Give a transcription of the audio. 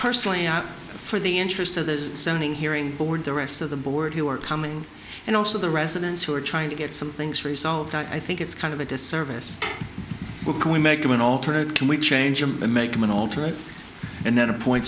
personally out for the interest of this seventy hearing board the rest of the board who are coming and also the residents who are trying to get some things resolved i think it's kind of a disservice when we make them an alternate can we change them and make them an alternate and then appoint